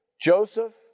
Joseph